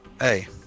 hey